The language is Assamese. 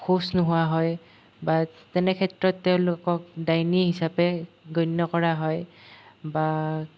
হুঁচ নোহোৱা হয় বা তেনে ক্ষেত্ৰত তেওঁলোকক ডাইনী হিচাপে গণ্য কৰা হয় বা